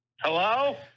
Hello